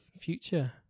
future